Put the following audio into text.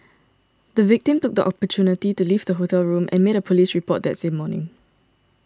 the victim took the opportunity to leave the hotel room and made a police report that same morning